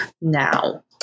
now